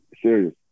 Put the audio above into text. serious